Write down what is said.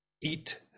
Eat